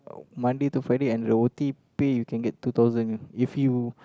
Monday to Friday and your o_t pay you can get two thousand if you